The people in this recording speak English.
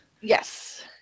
Yes